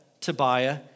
Tobiah